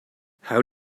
how